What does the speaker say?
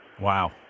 wow